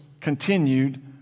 continued